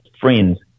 friends